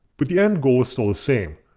but the end goal is still the same,